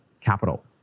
capital